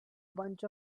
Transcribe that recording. bunch